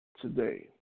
today